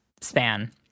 span